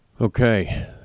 Okay